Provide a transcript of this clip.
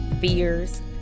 fears